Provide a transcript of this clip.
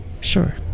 Sure